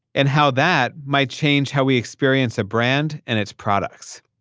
and how that might change how we experience a brand and its products.